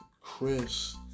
Chris